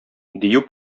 дию